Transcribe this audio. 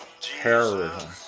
Terrorism